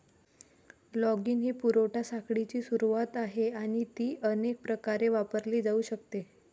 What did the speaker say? logging ही पुरवठा साखळीची सुरुवात आहे आणि ती अनेक प्रकारे वापरली जाऊ शकते